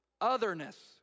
otherness